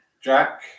Jack